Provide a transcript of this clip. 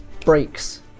breaks